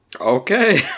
Okay